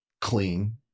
clean